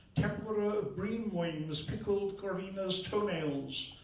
tempura of bream wings, pickled corvinas' toenails,